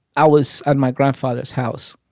i was at my grandfather's house,